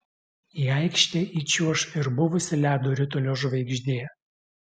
į aikštę įčiuoš ir buvusi ledo ritulio žvaigždė